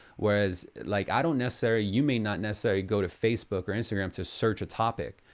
whereas like, i don't necessarily, you may not necessarily go to facebook or instagram to search a topic.